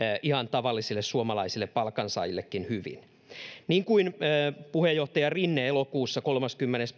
ihan tavallisille suomalaisille palkansaajillekin hyvin puheenjohtaja rinne elokuussa kolmaskymmenes